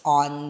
on